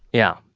yeah.